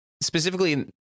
specifically